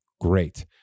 great